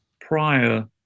prior